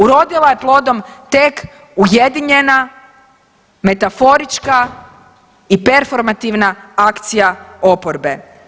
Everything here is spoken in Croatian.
Urodila je plodom tek ujedinjena metaforička i performativna akcija oporbe.